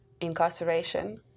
incarceration